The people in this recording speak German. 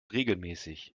regelmäßig